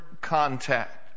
contact